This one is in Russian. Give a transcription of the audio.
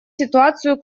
ситуацию